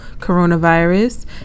coronavirus